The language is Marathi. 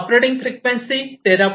operating frequency 13